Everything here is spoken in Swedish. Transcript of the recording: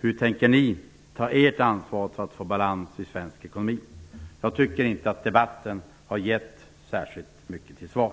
Hur tänker ni ta ert ansvar för att få balans i svensk ekonomi? Jag tycker inte att debatten har gett särskilt mycket till svar.